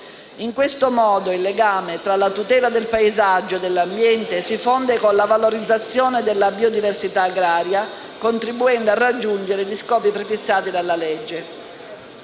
In questo modo, il legame tra la tutela del paesaggio e dell'ambiente si fonde con la valorizzazione della biodiversità agraria, contribuendo a raggiungere gli scopi prefissati dalla legge.